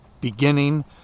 beginning